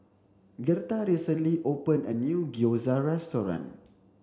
Gertha recently opened a new Gyoza restaurant